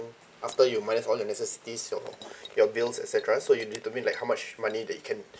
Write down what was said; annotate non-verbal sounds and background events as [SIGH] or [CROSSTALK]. after you minus all your necessities your [BREATH] your bills et cetera so you need to mean like how much money that you can